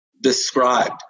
described